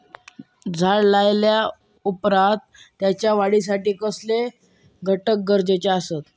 झाड लायल्या ओप्रात त्याच्या वाढीसाठी कसले घटक गरजेचे असत?